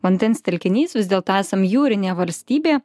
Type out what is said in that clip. vandens telkinys vis dėlto esam jūrinė valstybė